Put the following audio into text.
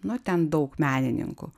nu ten daug menininkų